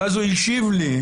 ואז הוא השיב לי,